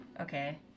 Okay